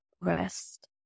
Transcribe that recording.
rest